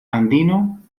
andino